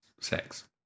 sex